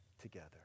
together